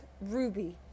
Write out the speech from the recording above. ruby